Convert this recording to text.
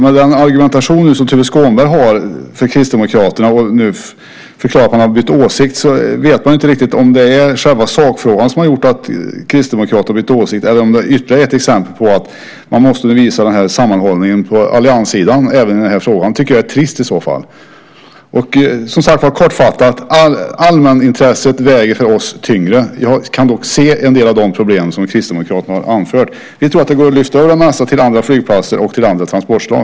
Med den argumentation som Tuve Skånberg för Kristdemokraternas del har och med förklaringen om att man har bytt åsikt går det inte riktigt att veta om det är själva sakfrågan som har gjort att Kristdemokraterna bytt åsikt eller om detta är ytterligare ett exempel på att man måste visa sammanhållning på allianssidan även i den här frågan. Om det är så tycker jag att det är trist. För att fatta mig kort: Allmänintresset väger för oss tyngre. Jag kan dock se en del av de problem som Kristdemokraterna har anfört. Vi tror att det går att lyfta över en massa till andra flygplatser och till andra trafikslag.